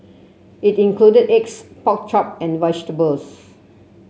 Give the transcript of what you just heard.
it included eggs pork chop and vegetables